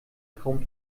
kaum